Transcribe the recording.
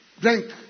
Drink